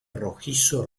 rojizo